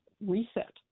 reset